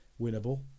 winnable